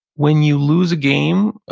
when you lose a game,